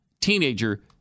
teenager